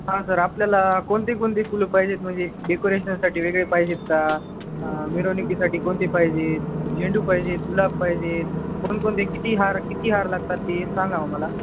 हां सर आपल्याला कोणते कोणते फुलं पाहिजेत म्हणजे डेकोरेशनसाठी वेगळे पाहिजेत का मिरवणुकीसाठी कोणते पाहिजेत झेंडू पाहिजेत गुलाब पाहिजेत कोणकोणते किती हार किती हार लागतात ते सांगा मग मला